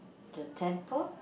the temple